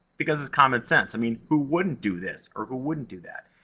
because it's common sense. i mean who wouldn't do this or who wouldn't do that.